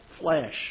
flesh